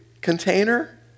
container